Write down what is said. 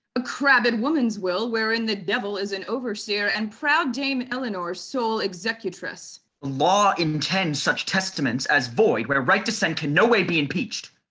a crabbed woman's will, wherein the devil is an overseer, and proud dame eleanor sole executress! the law intends such testaments as void, where right descent can no way be impeached.